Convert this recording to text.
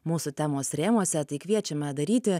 mūsų temos rėmuose tai kviečiame daryti